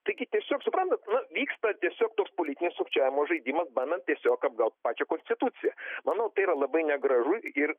taigi tiesiog supantat na vyksta tiesiog toks politinis sukčiavimo žaidimas bandant tiesiog apgaut pačią konstituciją manau tai yra labai negražu ir